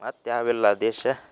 ಮತ್ತೆ ಯಾವ ಇಲ್ಲ ದೇಶ